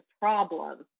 problem